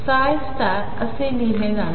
असेलिहिलेजाणारआहे